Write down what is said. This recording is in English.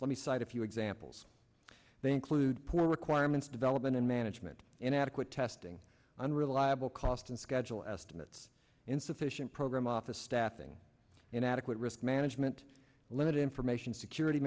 cite a few examples they include poor requirements development in management inadequate testing unreliable cost and schedule estimates insufficient program office staffing inadequate risk management limited information security